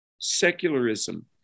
secularism